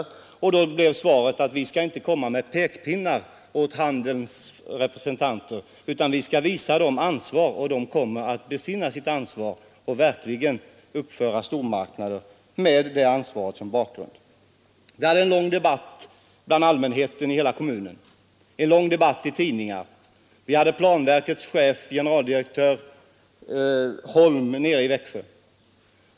Då ansåg de borgerliga att vi inte borde komma med pekpinnar mot handelns representanter utan visa dem förtroende, så skulle de nog besinna sitt ansvar. Vi hade en lång debatt bland allmänheten i kommunen och i tidningarna. Planverkets chef, generaldirektör Holm, besökte Växjö.